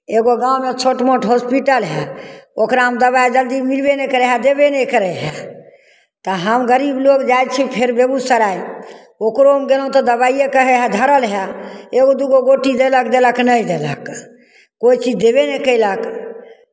एगो गाँवमे छोट मोट हॉस्पिटल हइ ओकरामे दबाइ जल्दी मिलबे नहि करै हए देबे नहि करै हए तऽ हम गरीब लोक जाइ छी फेर बेगूसराय ओकरोमे गेलहुँ तऽ दबाइए कहै हए धरल हए एगो दू गो गोटी देलक देलक नहि देलक कोइ चीज देबे नहि कयलक